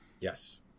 Yes